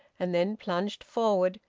and then plunged forward,